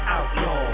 Outlaw